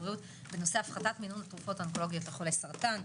סדר-היום:הפחתת מינון התרופות האונקולוגיות לחולי סרטן,